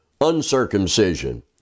uncircumcision